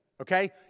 okay